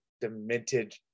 demented